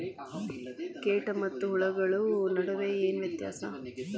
ಕೇಟ ಮತ್ತು ಹುಳುಗಳ ನಡುವೆ ಏನ್ ವ್ಯತ್ಯಾಸ?